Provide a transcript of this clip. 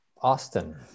Austin